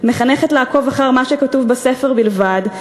מחנכת לעקוב אחרי מה שכתוב בספר בלבד,